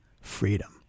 freedom